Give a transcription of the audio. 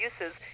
uses